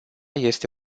este